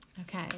Okay